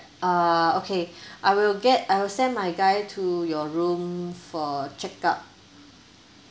uh okay I will get I will send my guy to your room for checkup